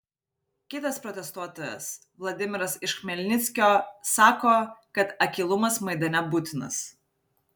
kitas protestuotojas vladimiras iš chmelnickio sako kad akylumas maidane būtinas